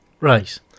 Right